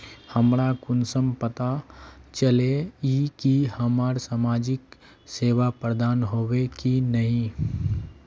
हमरा कुंसम पता चला इ की हमरा समाजिक सेवा प्रदान होबे की नहीं?